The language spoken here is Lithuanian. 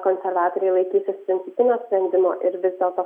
konservatoriai laikysis principinio sprendimo ir vis dėlto